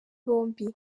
bombi